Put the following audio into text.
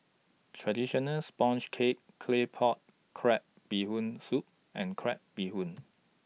Traditional Sponge Cake Claypot Crab Bee Hoon Soup and Crab Bee Hoon